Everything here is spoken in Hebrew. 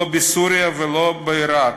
לא בסוריה ולא בעיראק,